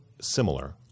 similar